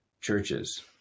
churches